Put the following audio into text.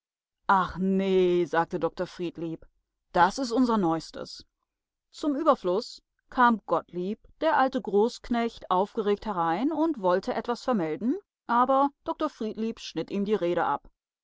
ach nee sagte dr friedlieb das is unser neuestes zum überfluß kam gottlieb der alte großknecht aufgeregt herein und wollte etwas vermelden aber dr friedlieb schnitt ihm die rede ab